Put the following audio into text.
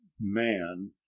man